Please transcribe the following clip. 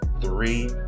three